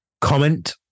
comment